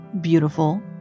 beautiful